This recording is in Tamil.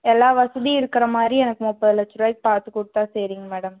எல்லா வசதியும் இருக்கிற மாதிரி எனக்கு முப்பது லட்சம் ரூபாய்க்கி பார்த்து கொடுத்தா சரிங்க மேடம்